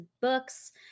books